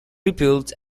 rebuilt